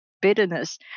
bitterness